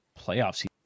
playoffs